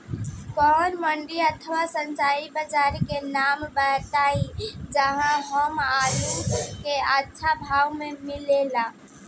कोई मंडी अथवा स्थानीय बाजार के नाम बताई जहां हमर आलू के अच्छा भाव मिल सके?